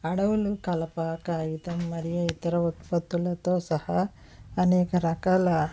అడవులు కలప కాగితం మరి ఇతర ఉత్పత్తులతో సహా అనేక రకాల